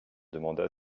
demanda